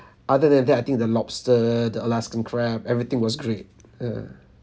other than that I think the lobster the alaskan crab everything was great ya